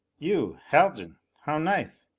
you, haljan. how nice!